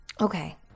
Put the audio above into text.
Okay